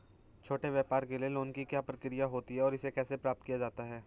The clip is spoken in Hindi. छोटे व्यापार के लिए लोंन की क्या प्रक्रिया होती है और इसे कैसे प्राप्त किया जाता है?